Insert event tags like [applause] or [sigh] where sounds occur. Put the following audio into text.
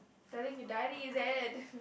telling your daddy is it [laughs]